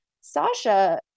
Sasha